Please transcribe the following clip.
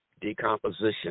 decomposition